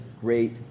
great